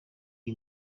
iyi